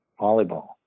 volleyball